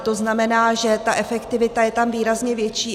To znamená, že ta efektivita je tam výrazně větší.